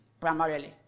primarily